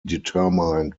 determined